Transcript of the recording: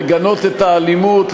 לגנות את האלימות,